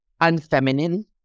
unfeminine